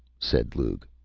said lugh.